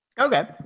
Okay